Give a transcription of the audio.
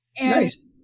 Nice